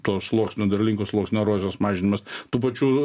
to sluoksnio derlingo sluoksnio erozijos mažinimas tų pačių